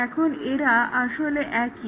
এখন এরা আসলে একই